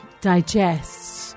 Digests